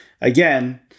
again